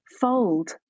fold